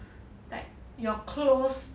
like your close